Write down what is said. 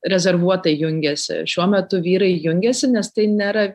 rezervuotai jungiasi šiuo metu vyrai jungiasi nes tai nėra